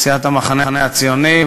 סיעת המחנה הציוני.